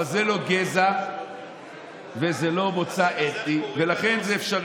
אבל זה לא גזע וזה לא מוצא אתני, ולכן זה אפשרי.